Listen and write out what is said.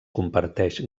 comparteix